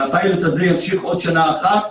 והפיילוט הזה ימשיך עוד שנה אחת.